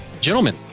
Gentlemen